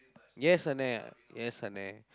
yes அண்ணன்:annan yes அண்ணன்:annan